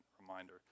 reminder